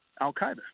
al-Qaeda